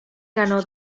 ganó